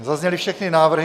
Zazněly všechny návrhy.